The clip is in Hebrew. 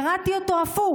קראתי אותו הפוך,